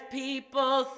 people